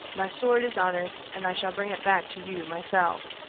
my sword is honest and i shall bring it back to you myself.